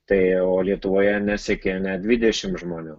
tai o lietuvoje nesiekė net dvidešim žmonių